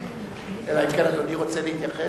אלא אם כן אדוני רוצה להתייחס.